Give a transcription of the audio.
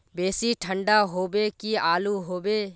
बेसी ठंडा होबे की आलू होबे